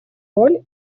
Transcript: роль